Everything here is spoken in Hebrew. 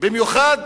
במיוחד